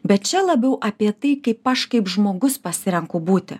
bet čia labiau apie tai kaip aš kaip žmogus pasirenku būti